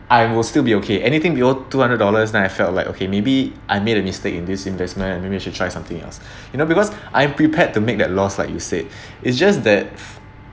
I will still be okay anything below two hundred dollars then I felt like okay maybe I made a mistake in this investment and maybe should try something else you know because I'm prepared to make the loss like you said it's just that